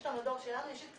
יש את המדור שלנו,